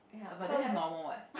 err but that is normal what